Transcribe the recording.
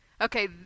Okay